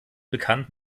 bekannt